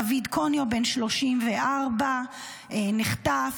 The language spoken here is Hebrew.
דוד קוניו, בן 34, נחטף,